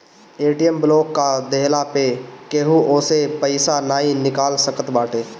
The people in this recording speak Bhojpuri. ए.टी.एम ब्लाक कअ देहला पअ केहू ओसे पईसा नाइ निकाल सकत बाटे